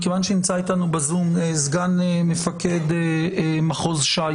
מכיוון שנמצא איתנו בזום סגן מפקד מחוז שי